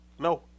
No